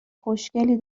خوشگلی